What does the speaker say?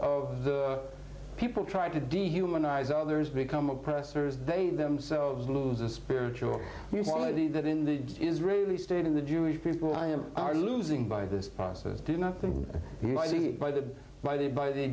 of people trying to dehumanize others become oppressors they themselves lose a spiritual reality that in the israeli state of the jewish people are losing by this process do nothing by the by the by the